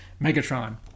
megatron